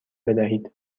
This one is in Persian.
بدهید